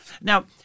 now